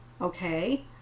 Okay